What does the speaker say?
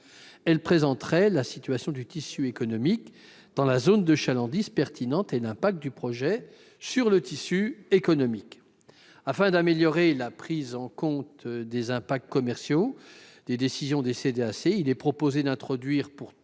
elles présenteraient la situation du tissu économique dans la zone de chalandise pertinente et l'effet du projet sur le tissu économique. Afin d'améliorer la prise en compte des impacts commerciaux des décisions des CDAC, il est proposé d'introduire, pour tout